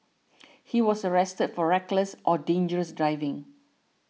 he was arrested for reckless or dangerous driving